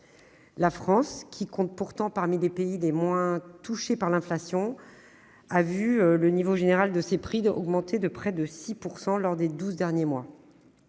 La France, qui compte pourtant parmi les pays les moins touchés par l'inflation, a vu le niveau général des prix augmenter de près de 6 % lors des douze derniers mois.